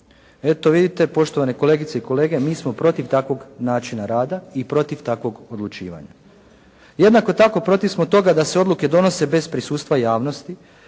Eto vidite, poštovane kolegice i kolege mi smo protiv takvog načina rada i protiv takvog odlučivanja. Jednako tako protiv smo toga da se odluke donose bez prisustva javnosti.